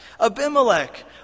Abimelech